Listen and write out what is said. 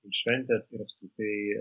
ir šventės ir apskritai